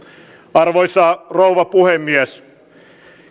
arvoisa rouva puhemies